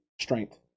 strength